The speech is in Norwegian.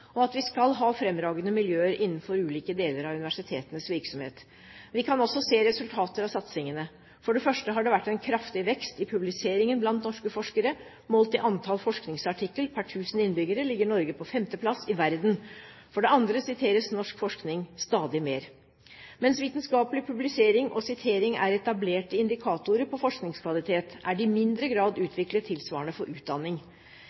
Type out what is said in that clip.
og at vi skal ha fremragende miljøer innenfor ulike deler av universitetenes virksomhet. Vi kan også se resultater av satsingene. For det første har det vært en kraftig vekst i publiseringen blant norske forskere. Målt i antall forskningsartikler per 1 000 innbyggere ligger Norge på femteplass i verden. For det andre siteres norsk forskning stadig mer. Mens vitenskapelig publisering og sitering er etablerte indikatorer på forskningskvalitet, er det i mindre grad utviklet tilsvarende for utdanning.